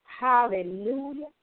hallelujah